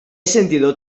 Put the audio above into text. sentido